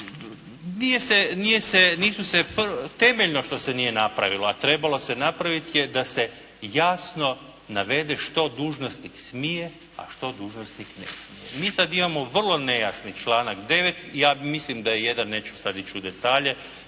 Nisu se, temeljno što se nije napravilo, a trebalo se napraviti je da se jasno navede što dužnosnik smije, a što dužnosnik ne smije. Mi sad imamo vrlo nejasni članak 9., ja mislim da je jedan, neću sada ići u detalje,